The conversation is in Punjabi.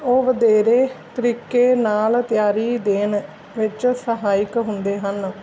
ਉਹ ਵਧੇਰੇ ਤਰੀਕੇ ਨਾਲ ਤਿਆਰੀ ਦੇਣ ਵਿੱਚ ਸਹਾਇਕ ਹੁੰਦੇ ਹਨ